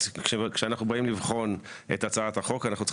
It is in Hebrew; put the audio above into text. כשאנחנו באים לבחון את הצעת החוק אנחנו צריכים